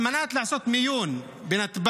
על מנת לעשות מיון בנתב"ג.